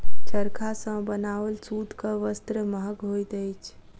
चरखा सॅ बनाओल सूतक वस्त्र महग होइत अछि